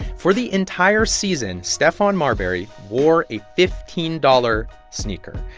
for the entire season, stephon marbury wore a fifteen dollars sneaker.